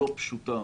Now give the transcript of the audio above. הלא פשוטה,